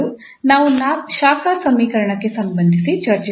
ನಾವು ಶಾಖ ಸಮೀಕರಣಕ್ಕೆ ಸಂಬಂಧಿಸಿ ಚರ್ಚಿಸಿದ್ದೇವೆ